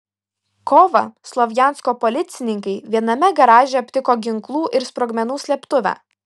kovą slovjansko policininkai viename garaže aptiko ginklų ir sprogmenų slėptuvę